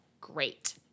great